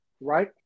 Right